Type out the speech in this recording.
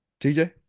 TJ